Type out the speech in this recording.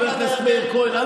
שמעת, חבר הכנסת מאיר כהן?